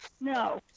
No